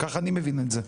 כך אני מבין את זה.